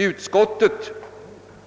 Utskottet